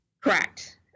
Correct